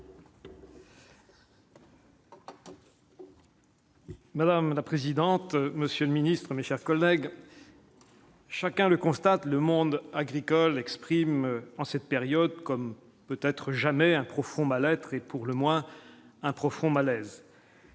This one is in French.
Madame la présidente, monsieur le Ministre, mes chers collègues. Chacun le constate le monde agricole exprime en cette période comme peut-être jamais un profond mal- être et pour le moins un profond malaise.